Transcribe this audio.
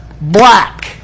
black